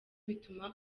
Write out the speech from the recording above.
bituma